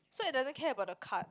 so it doesn't care about the card